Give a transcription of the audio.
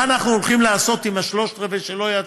מה אנחנו הולכים לעשות עם השלושה רבעים שלא יצאו?